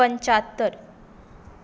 पंच्चातर